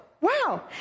Wow